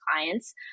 clients